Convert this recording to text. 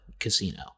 casino